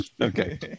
Okay